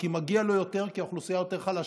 כי מגיע לו יותר, כי האוכלוסייה יותר חלשה.